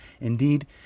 Indeed